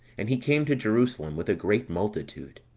and he came to jerusalem with a great multitude.